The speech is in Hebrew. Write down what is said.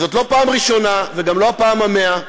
זאת לא פעם ראשונה, וגם לא הפעם המאה,